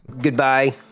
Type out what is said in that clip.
Goodbye